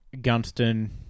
Gunston